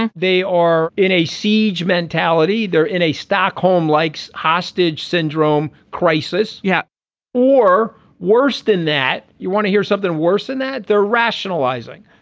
and they are in a siege mentality. they're in a stockholm likes hostage syndrome crisis yeah or worse than that. you want to hear something worse than that. they're rationalizing.